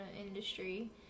industry